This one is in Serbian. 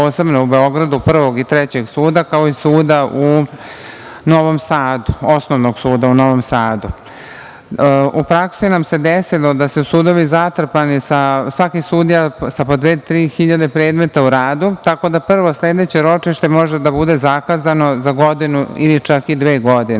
posebno u Beogradu Prvog i Trećeg suda, kao i Osnovnog suda u Novom Sadu.U praksi nam se desilo da su sudovi zatrpani. Svaki sudija je sa po 2.000-3000 predmeta u radu, tako da prvo sledeće ročište može da bude zakazano za godinu, ili čak dve godine. Država